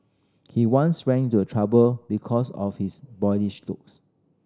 he once ran into a trouble because of his boyish looks